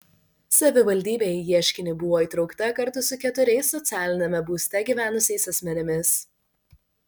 savivaldybė į ieškinį buvo įtraukta kartu su keturiais socialiniame būste gyvenusiais asmenimis